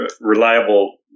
reliable